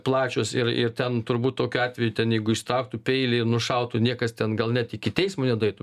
plačios ir ir ten turbūt tokiu atveju ten jeigu išsitrauktų peilį nušautų niekas ten gal net iki teismo nedaeitų